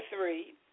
three